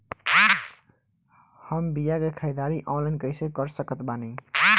हम बीया के ख़रीदारी ऑनलाइन कैसे कर सकत बानी?